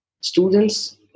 students